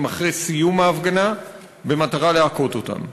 אחרי סיום ההפגנה במטרה להכות אותם,